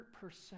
percent